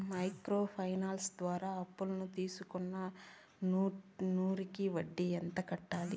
Micro finance ద్వారా అప్పును తీసుకున్న నూరు కి వడ్డీ ఎంత కట్టాలి?